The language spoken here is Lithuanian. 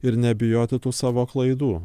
ir nebijoti tų savo klaidų